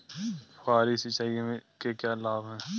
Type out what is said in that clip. फुहारी सिंचाई के क्या लाभ हैं?